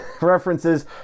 references